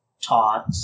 taught